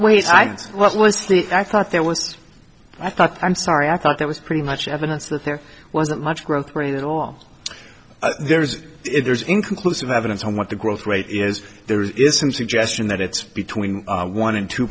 the i thought there was i thought i'm sorry i thought that was pretty much evidence that there wasn't much growth rate at all there is there's inconclusive evidence on what the growth rate is there is some suggestion that it's between one and two